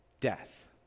death